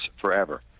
forever